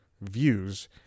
views